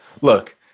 look